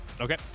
Okay